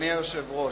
אדוני היושב-ראש,